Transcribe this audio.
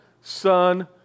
son